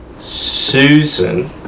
Susan